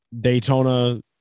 daytona